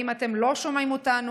האם אתם לא שומעים אותנו?